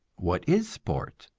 what is sport?